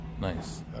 Nice